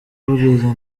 buriya